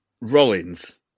Rollins